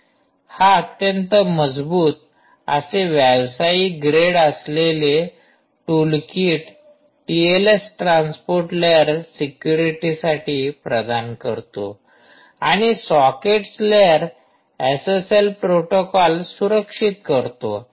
हा अत्यंत मजबूत असे व्यावसायिक ग्रेड असलेले टूलकिट टिएलएस ट्रान्सपोर्ट लेयर सेक्युरिटीसाठी प्रदान करतो आणि सॉकेट्स लेयर एसएसएल प्रोटोकॉल सुरक्षित करतो